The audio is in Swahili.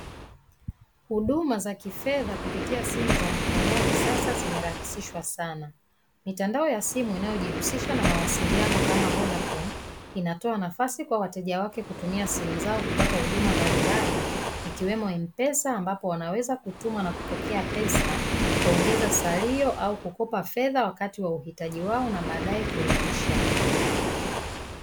Huduma za kifedha kupitia simu za mkononi sasa zimerahisishwa sana. Mitandao ya simu inayojihusisha na mawasiliano kama "vodacom" inatoa nafasi kwa wateja wake kutumia simu zao kupata huduma mbalimbali, ikiwemo mpesa ambapo wanaweza kutuma na kupokea pesa, kuongeza salio au kukopa fedha wakati wa uhitaji wao na baadaye kurudisha.